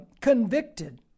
convicted